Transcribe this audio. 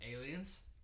aliens